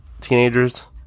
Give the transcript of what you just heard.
teenagers